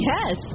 Yes